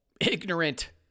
ignorant